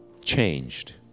changed